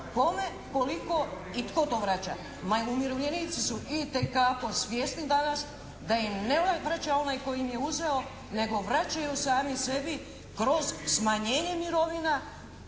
Kome, koliko i tko to vraća? Ma umirovljenici su itekako svjesni danas da im ne vraća onaj koji im je uzeo, nego vraćaju sami sebi kroz smanjenje mirovina,